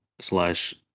slash